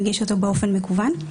מגיש אותו באופן מקוון.